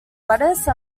lettuce